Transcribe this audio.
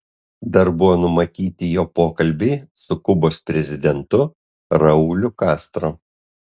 dar buvo numatyti jo pokalbiai su kubos prezidentu rauliu castro